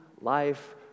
life